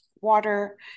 Water